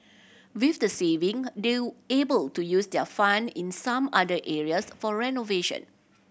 with the saving they're able to use their fund in some other areas for renovation